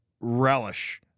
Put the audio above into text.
relish –